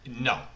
No